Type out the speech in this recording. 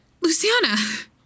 Luciana